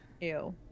ew